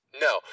No